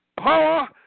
Power